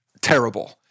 terrible